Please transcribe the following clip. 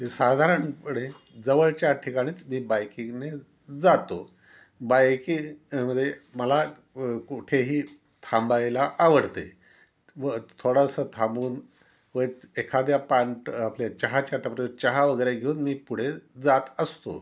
ते साधारणपणे जवळच्या ठिकाणीच मी बाईकिंगने जातो बायकीमध्ये मला कुठेही थांबायला आवडते व थोडंसं थांबून व एखाद्या पान आपल्या चहाच्या टपरीवर चहा वगैरे घेऊन मी पुढे जात असतो